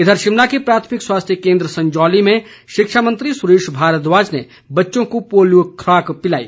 इधर शिमला के प्राथमिक स्वास्थ्य केन्द्र संजौली में शिक्षा मंत्री सुरेश भारद्वाज ने बच्चों को पोलियो खुराक पिलाई